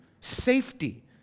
Safety